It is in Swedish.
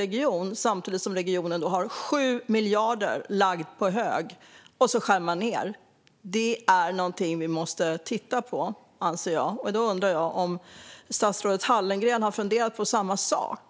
Men i själva verket har regionen lagt 7 miljarder på hög och skär ändå ned. Detta måste vi titta på. Har statsrådet Hallengren funderat på samma sak?